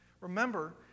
Remember